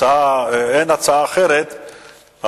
אין הצעה אחרת,